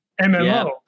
mmo